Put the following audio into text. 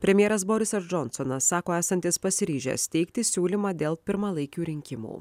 premjeras borisas džonsonas sako esantis pasiryžęs teikti siūlymą dėl pirmalaikių rinkimų